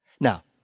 now